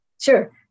Sure